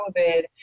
COVID